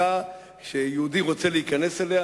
כשיהודי רוצה להיכנס אליה,